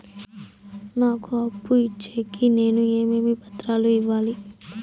నాకు అప్పు ఇచ్చేకి నేను ఏమేమి పత్రాలు ఇవ్వాలి